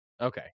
Okay